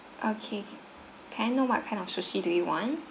okay can I know what kind of sushi do you want